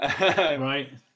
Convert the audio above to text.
Right